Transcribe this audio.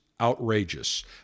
outrageous